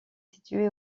située